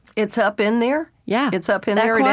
it's up in there? yeah it's up in there? yeah